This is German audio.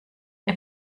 ihr